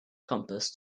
compass